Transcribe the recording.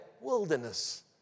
wilderness